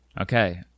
Okay